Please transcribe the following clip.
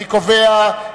אני קובע,